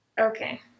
Okay